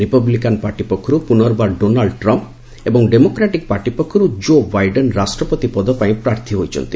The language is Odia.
ରିପବ୍ଲିକାନ୍ ପାର୍ଟି ପକ୍ଷରୁ ପୁନର୍ବାର ଡୋନାଲ୍ଡ ଟ୍ରମ୍ପ୍ ଏବଂ ଡେମୋକ୍ରାଟିକ୍ ପାର୍ଟି ପକ୍ଷରୁ ଜୋ ବାଇଡେନ୍ ରାଷ୍ଟ୍ରପତି ପଦ ପାଇଁ ପାର୍ଥୀ ହୋଇଛନ୍ତି